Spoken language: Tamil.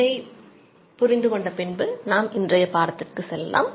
இதைப் புரிந்து கொண்ட பின்பு நாம் இன்றைய பாடத்திற்கு செல்லலாம்